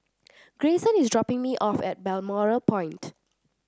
Grayson is dropping me off at Balmoral Point